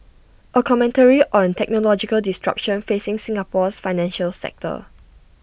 A commentary on the technological disruption facing Singapore's financial sector